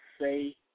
say